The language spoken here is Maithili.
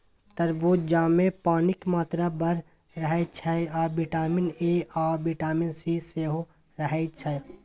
तरबुजामे पानिक मात्रा बड़ रहय छै आ बिटामिन ए आ बिटामिन सी सेहो रहय छै